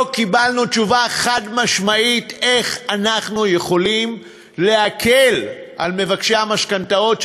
לא קיבלנו תשובה חד-משמעית איך אנחנו יכולים להקל על מבקשי המשכנתאות,